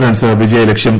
runs വിജയലക്ഷ്യം